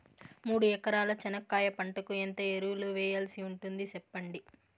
మూడు ఎకరాల చెనక్కాయ పంటకు ఎంత ఎరువులు వేయాల్సి ఉంటుంది సెప్పండి?